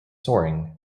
soaring